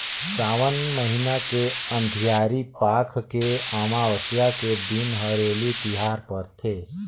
सावन महिना के अंधियारी पाख के अमावस्या के दिन हरेली तिहार परथे